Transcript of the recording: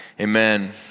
Amen